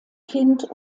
kind